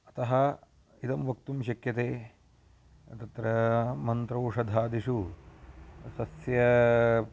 अतः इदं वक्तुं शक्यते तत्र मन्त्रौषधादिषु सस्यं